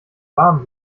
warm